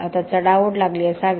आता चढाओढ लागली असावी